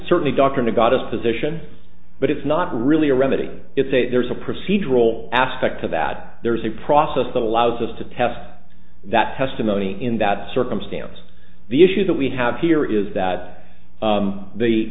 certainly doctor got his position but it's not really a remedy it's a there's a procedural aspect to that there's a process that allows us to test that testimony in that circumstance the issue that we have here is that